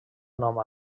nom